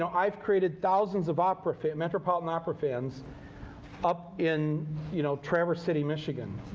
um i've created thousands of opera metropolitan opera fans up in you know traverse city, michigan,